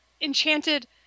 enchanted